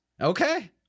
Okay